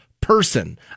person